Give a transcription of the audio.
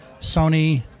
Sony